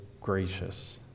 gracious